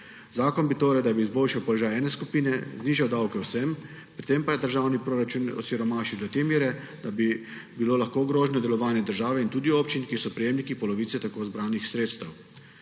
Zakon bi torej, da bi izboljšal položaj ene skupine, znižal davke vsem, pri tem pa bi državni proračun osiromašil do te mere, da bi bilo lahko ogroženo delovanje države in tudi občin, ki so prejemniki polovice tako zbranih sredstev.